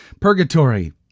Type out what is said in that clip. purgatory